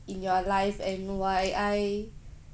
in your life and why I